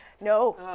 No